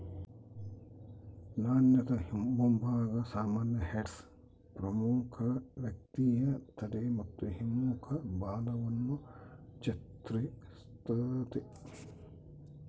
ನಾಣ್ಯದ ಮುಂಭಾಗ ಸಾಮಾನ್ಯ ಹೆಡ್ಸ್ ಪ್ರಮುಖ ವ್ಯಕ್ತಿಯ ತಲೆ ಮತ್ತು ಹಿಮ್ಮುಖ ಬಾಲವನ್ನು ಚಿತ್ರಿಸ್ತತೆ